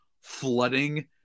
flooding